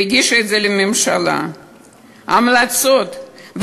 והגישה לממשלה המלצות,